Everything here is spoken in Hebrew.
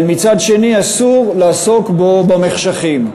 אבל מצד שני אסור לעסוק בו במחשכים.